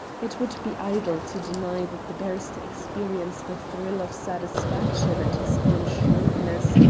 it would be idle to deny that the barrister experienced a thrill of satisfaction at his own shrewdness,